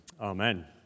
Amen